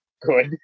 good